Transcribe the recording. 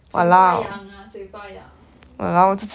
嘴巴痒啊嘴巴痒 mm !hais!